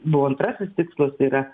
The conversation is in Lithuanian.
buvo antrasis tikslas tai yra